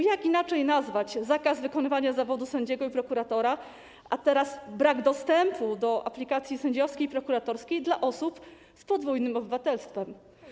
Jak inaczej nazwać zakaz wykonywania zawodu sędziego i prokuratora, a teraz brak dostępu do aplikacji i prokuratorskiej dla osób z podwójnym obywatelstwem?